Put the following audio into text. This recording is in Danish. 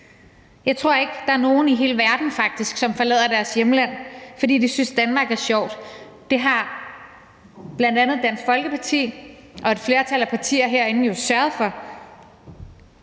Jeg tror ikke, der er nogen i hele verden faktisk, som forlader deres hjemland, fordi de synes Danmark er sjovt – det har bl.a. Dansk Folkeparti og et flertal af partier herinde jo sørget for